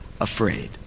afraid